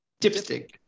Dipstick